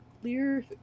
clear